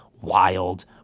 wild